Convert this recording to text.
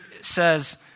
says